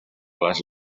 les